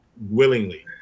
willingly